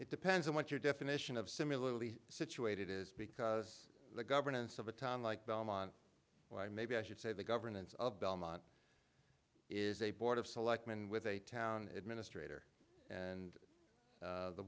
it depends on what your definition of similarly situated is because the governance of a town like belmont why maybe i should say the governance of belmont is a board of selectmen with a town administrator and